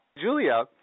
Julia